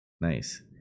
nice